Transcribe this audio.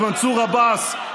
מנסור עבאס,